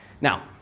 Now